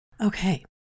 Okay